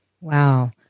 Wow